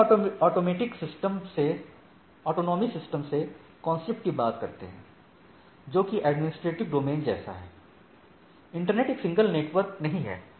हम autonomic system के concept की बात करते हैं जोकि एडमिनिस्ट्रेटिव डोमेन जैसा है इंटरनेट एक सिंगल नेटवर्क नहीं है